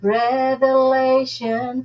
revelation